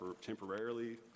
temporarily